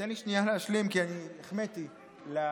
תן לי שנייה להשלים, כי החמאתי לממשלה.